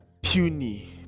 puny